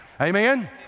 Amen